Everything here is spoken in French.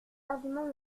arguments